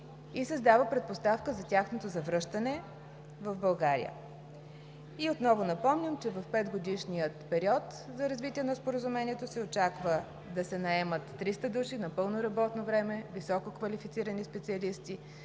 и създава предпоставка за тяхното завръщане в България. Отново напомням, че в петгодишния период за развитие на Споразумението се очаква да се наемат 300 души на пълно работно време, висококвалифицирани специалисти,